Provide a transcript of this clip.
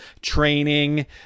training